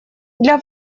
для